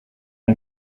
mon